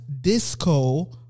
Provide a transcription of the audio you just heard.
disco